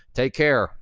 take care.